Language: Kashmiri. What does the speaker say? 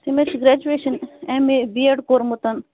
تٔمۍ حظ چھِ graduation M A B Ed کوٚرمُت